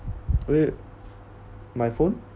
weird my phone